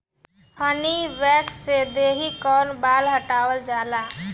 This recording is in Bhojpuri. हनी वैक्स से देहि कअ बाल हटावल जाला